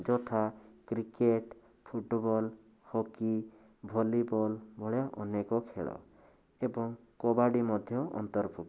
ଯଥା cricket football hockey volleyball ଭଳିଆ ଅନେକ ଖେଳ ଏବଂ କବାଡ଼ି ମଧ୍ୟ ଅନ୍ତର୍ଭୁକ୍ତ